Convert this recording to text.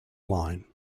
line